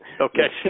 Okay